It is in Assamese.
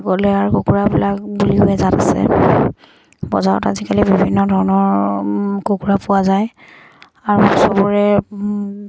জাত আছে বজাৰত আজিকালি বিভিন্ন ধৰণৰ কুকুৰা পোৱা যায় আৰু চবৰে